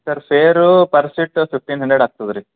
sir share per seat fifteen hundred ಆಗ್ತದೆ ರೀ